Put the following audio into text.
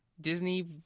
Disney